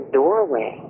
doorway